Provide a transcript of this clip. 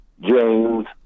James